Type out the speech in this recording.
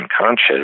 unconscious